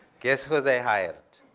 guess who they hired?